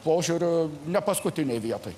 požiūriu ne paskutinėj vietoj